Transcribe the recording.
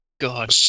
God